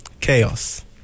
Chaos